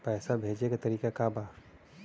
पैसा भेजे के तरीका का बा?